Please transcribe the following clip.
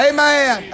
Amen